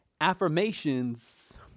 affirmations